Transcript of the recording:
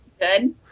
Good